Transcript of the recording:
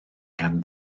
gan